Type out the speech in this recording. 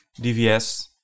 DVS